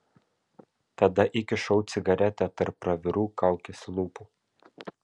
tada įkišau cigaretę tarp pravirų kaukės lūpų